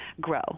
grow